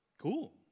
Cool